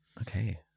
Okay